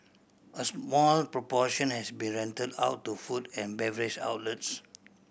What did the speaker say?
a small proportion has been rent out to food and beverage outlets